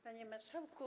Panie Marszałku!